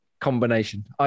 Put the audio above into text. combination